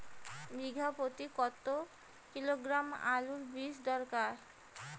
বিঘা প্রতি কত কিলোগ্রাম আলুর বীজ দরকার?